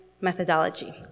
methodology